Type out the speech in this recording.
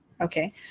okay